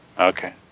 Okay